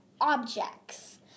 objects